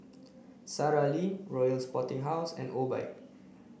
Sara Lee Royal Sporting House and Obike